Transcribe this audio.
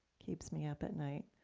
keeps me up at night?